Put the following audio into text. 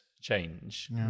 change